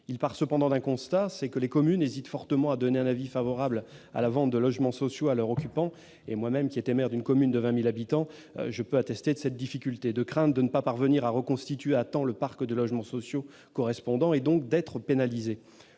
part cependant d'un constat : les communes hésitent fortement à donner un avis favorable à la vente de logements sociaux à leurs occupants- ayant été maire d'une commune de 20 000 habitants, je peux attester de cette difficulté -, de crainte de ne pas parvenir à reconstituer à temps le parc de logements sociaux correspondants, et donc d'être pénalisées.